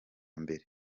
mbere